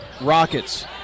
Rockets